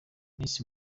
miss